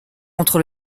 contre